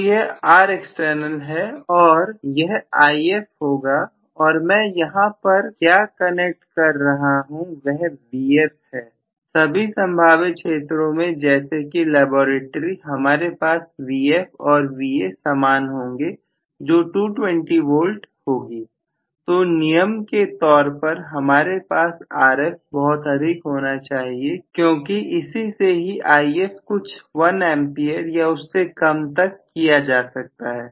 तो यह Rexternal है और यह If होगा और मैं यहां क्या करेक्ट कर रहा हूं वह Vf है सभी संभावित क्षेत्रों में जैसे कि लैबोरेट्री हमारे पास Vf और Va समान होंगे जो 220V होगी तो नियम के तौर पर हमारे पास Rf बहुत अधिक होना चाहिए क्योंकि इसी से ही If कुछ 1 A या उससे कम तक किया जा सकता है